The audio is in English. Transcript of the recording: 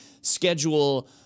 schedule